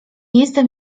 jestem